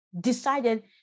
decided